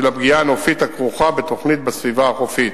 של הפגיעה הנופית הכרוכה בתוכנית בסביבה החופית.